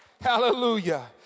Hallelujah